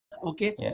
okay